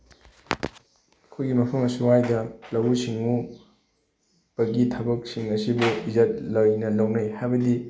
ꯑꯩꯈꯣꯏꯒꯤ ꯃꯐꯝ ꯑꯁꯨꯋꯥꯏꯗ ꯂꯧꯎ ꯁꯤꯡꯎꯕꯒꯤ ꯊꯕꯛꯁꯤꯡ ꯑꯁꯤꯕꯨ ꯏꯖꯠ ꯂꯩꯅ ꯂꯧꯅꯩ ꯍꯥꯏꯕꯗꯤ